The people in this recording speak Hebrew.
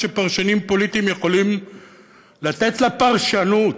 שפרשנים פוליטיים יכולים לתת לה פרשנות.